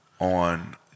on